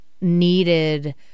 needed